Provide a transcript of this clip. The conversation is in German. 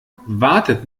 wartet